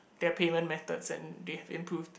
their payment methods and they have improved